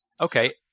Okay